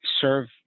serve